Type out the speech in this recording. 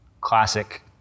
classic